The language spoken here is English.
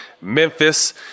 Memphis